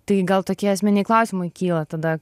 tai gal tokie esminiai klausimai kyla tada